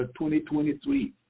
2023